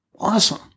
awesome